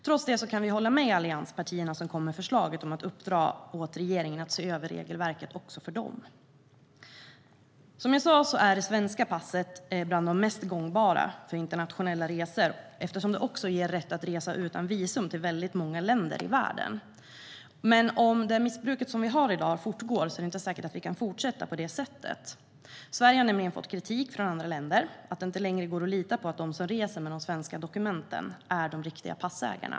Trots det kan vi hålla med allianspartierna, som kom med förslaget om att uppdra åt regeringen att se över regelverket också för dem. Som jag sa är det svenska passet bland de mest gångbara för internationella resor, eftersom det också ger rätt att resa utan visum till väldigt många länder i världen. Men om det missbruk som vi har i dag fortgår är det inte säkert att vi kan fortsätta på det sättet. Sverige har nämligen fått kritik från andra länder om att det inte längre går att lita på att de som reser med de svenska dokumenten är de riktiga passägarna.